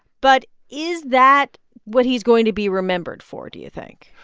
but is that what he's going to be remembered for, do you think?